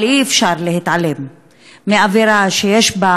אבל אי-אפשר להתעלם מהאווירה, שיש בה